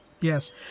yes